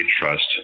trust